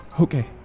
okay